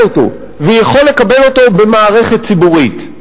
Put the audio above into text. אותו ויכול לקבל אותו במערכת ציבורית.